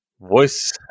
voice